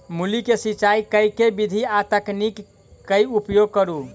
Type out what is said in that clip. मूली केँ सिचाई केँ के विधि आ तकनीक केँ उपयोग करू?